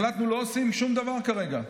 החלטנו שלא עושים שום דבר כרגע.